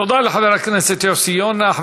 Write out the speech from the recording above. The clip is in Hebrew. תודה לחבר הכנסת יוסי יונה.